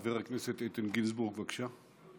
חבר הכנסת איתן גינזבורג, בבקשה.